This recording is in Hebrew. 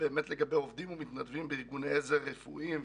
לגבי עובדים ומתנדבים בארגוני עזר רפואיים,